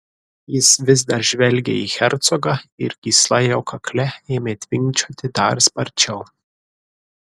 jis vis dar žvelgė į hercogą ir gysla jo kakle ėmė tvinkčioti dar sparčiau